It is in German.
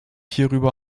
hierüber